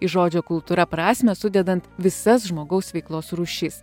į žodžio kultūra prasmę sudedant visas žmogaus veiklos rūšis